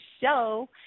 show